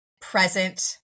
present